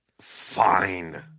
fine